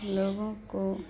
लोगों को